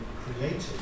created